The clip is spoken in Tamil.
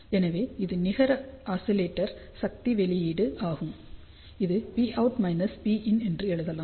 எனவே இது நிகர ஆஸிலேட்டர் சக்தி வெளியீடு ஆகும் இது Pout Pin என எழுதப்படலாம்